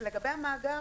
שנכון לעשות.